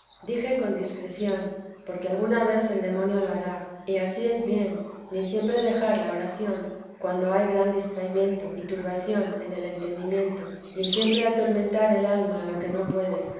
dije con discreción porque alguna vez el demonio lo hará y ansí es bien ni siempre dejar la oración cuando hay gran distraimiento y turbación en el entendimiento ni siempre atormentar el alma a lo que no puede